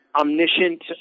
omniscient